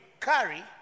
carry